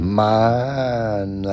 man